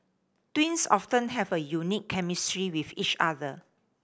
twins often have a unique chemistry with each other